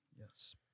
Yes